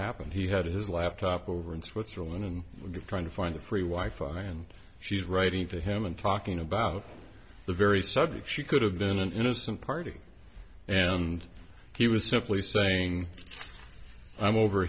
happened he had his laptop over in switzerland trying to find a free wife and she's writing to him and talking about the very subject she could have been an innocent party and he was simply saying i'm over